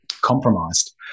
compromised